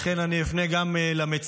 לכן אני אפנה גם למציעים,